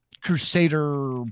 Crusader